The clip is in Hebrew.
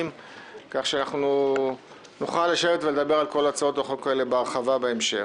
כך שנוכל לדבר על כל הצעות החוק האלה בהמשך בהרחבה.